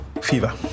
Fever